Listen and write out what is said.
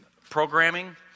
programming